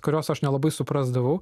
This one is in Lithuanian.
kurios aš nelabai suprasdavau